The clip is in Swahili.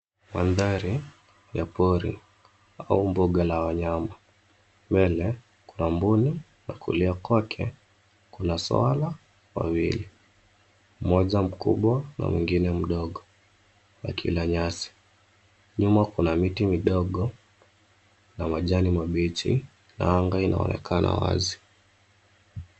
Mandhari ya pori au mbuga la wanyama. Mbele kuna mbuni na kulia kwake, kuna swara wawili, moja mkubwa na mwingine mdogo, wakila nyasi. Nyuma kuna miti midogo na majani mabichi, na anga inaonekana wazi.